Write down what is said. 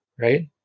right